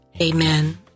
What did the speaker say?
Amen